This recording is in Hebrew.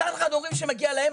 מצד אחד אומרים שמגיע להם,